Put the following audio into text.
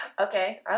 Okay